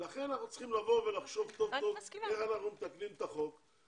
לכן אנחנו צריכים לחשוב טוב טוב איך אנחנו מתקנים את החוק,